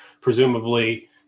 presumably